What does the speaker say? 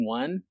one